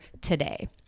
today